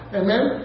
amen